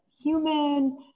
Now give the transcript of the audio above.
human